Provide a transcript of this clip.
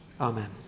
Amen